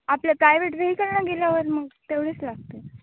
आपल्या प्रायव्हेट व्हेईकलनं गेल्यावर मग तेवढीच लागते